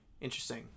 interesting